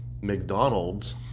McDonald's